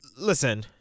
Listen